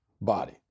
body